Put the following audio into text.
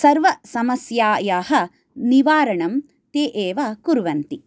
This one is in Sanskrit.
सर्व समस्यायाः निवारणं ते एव कुर्वन्ति